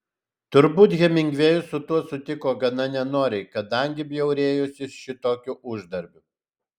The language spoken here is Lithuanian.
turbūt hemingvėjus su tuo sutiko gana nenoriai kadangi bjaurėjosi šitokiu uždarbiu